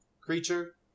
creature